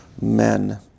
men